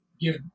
give